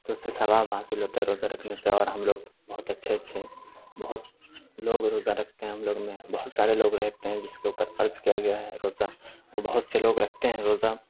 تو اس سے ثواب حاصل ہوتا ہے روزہ رکھنے سے اور ہم لوگ بہت اچھے اچھے بہت لوگ روزہ رکھتے ہیں ہم لوگ میں بہت سارے لوگ رہتے ہیں جس کے اوپر فرض کیا گیا ہے روزہ وہ بہت سے لوگ رکھتے ہیں روزہ